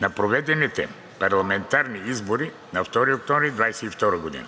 на проведените парламентарни избори на 2 октомври 2022 г.